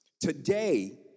today